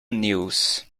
news